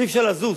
אי-אפשר לזוז.